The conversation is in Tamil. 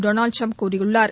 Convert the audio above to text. டொனால்டு டிரம்ப் கூறியுள்ளார்